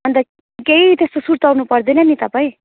अन्त केही त्यस्तो सुर्ताउनु पर्दैन नि तपाईँ